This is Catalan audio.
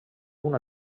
una